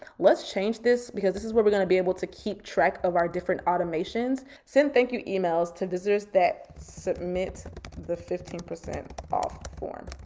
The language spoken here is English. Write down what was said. let's change this because this is where we're gonna be able to keep track of our different automations. send thank you emails to visitors that submit the fifteen percent off form.